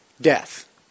Death